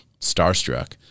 starstruck